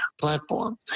platform